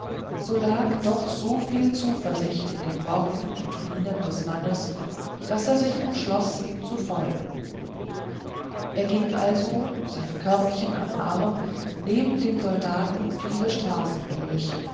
so lag doch so viele zuversicht in den worten und mienen des mannes daß er sich entschloß ihm zu folgen er ging also sein körbchen am arm neben dem soldaten viele straßen durch